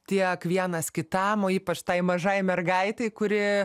tiek vienas kitam o ypač tai mažai mergaitei kuri